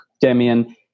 Damien